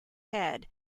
head